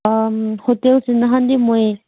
ꯍꯣꯇꯦꯜꯁꯨ ꯅꯍꯥꯟꯗꯤ ꯃꯣꯏ